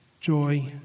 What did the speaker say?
joy